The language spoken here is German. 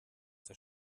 der